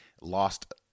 lost